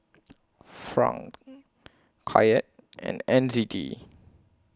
Franc Kyat and N Z D